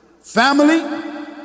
Family